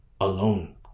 alone